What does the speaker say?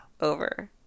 over